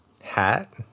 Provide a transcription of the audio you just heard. hat